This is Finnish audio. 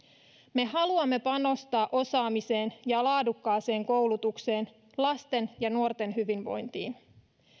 me haluamme panostaa osaamiseen ja laadukkaaseen koulutukseen lasten ja nuorten hyvinvointiin